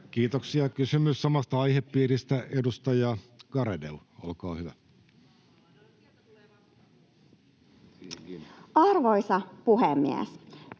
Content: Kysymys samasta aihepiiristä, edustaja Garedew, olkaa hyvä. [Speech